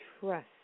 trust